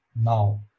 now